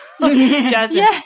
Jasmine